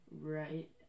right